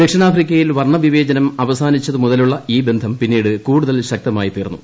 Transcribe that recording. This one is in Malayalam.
ദക്ഷിണാഫ്രിക്കയിൽ വർണ്ണവിവേചനം അവസാനിച്ചതുമുതലുള്ള ഈ ബന്ധം പിന്നീട് കൂടുതൽ ശക്തമായി തീർന്നു